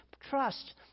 Trust